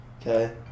okay